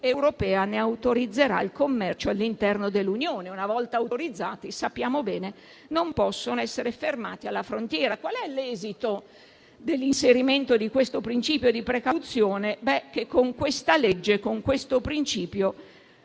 europea ne autorizzerà il commercio all'interno dell'Unione e, una volta autorizzati, sappiamo bene che non potranno essere fermati alla frontiera. L'esito dell'inserimento del principio di precauzione è che con questa legge e con questo principio